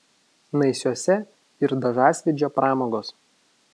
naisiuose ir dažasvydžio pramogos